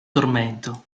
tormento